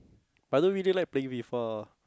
but I don't really like playing FIFA lah